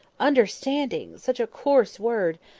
understanding! such a coarse word!